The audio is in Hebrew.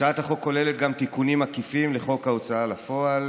הצעת החוק כוללת גם תיקונים עקיפים לחוק ההוצאה לפועל